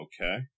Okay